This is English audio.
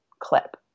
clip